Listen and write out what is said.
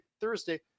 Thursday